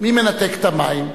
מי מנתק את המים?